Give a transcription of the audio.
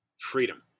freedom